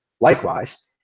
Likewise